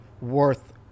worth